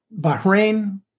Bahrain